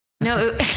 No